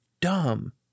dumb